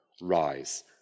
Rise